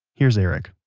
here's eric